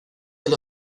del